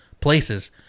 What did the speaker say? places